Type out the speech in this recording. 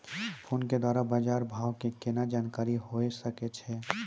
Phone के द्वारा बाज़ार भाव के केना जानकारी होय सकै छौ?